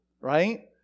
right